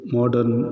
modern